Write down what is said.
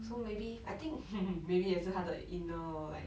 so maybe I think maybe 也是他的 inner like